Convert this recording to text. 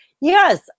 yes